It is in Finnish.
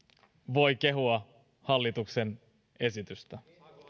voi kehua hallituksen esitystä